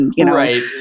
Right